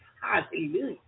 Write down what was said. Hallelujah